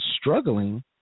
struggling